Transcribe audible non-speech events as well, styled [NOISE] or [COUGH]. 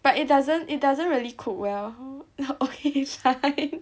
but it doesn't it doesn't really cook well [LAUGHS] okay fine [LAUGHS]